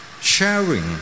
sharing